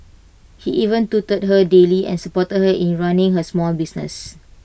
he even tutored her daily and supported her in running her small business